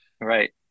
Right